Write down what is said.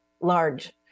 large